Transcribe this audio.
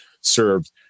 served